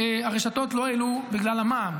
שהרשתות לא העלו בגלל המע"מ,